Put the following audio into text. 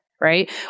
right